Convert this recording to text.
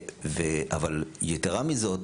אבל יתרה מזאת,